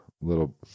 little